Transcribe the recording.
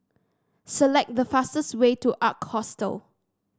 select the fastest way to Ark Hostel